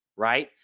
right.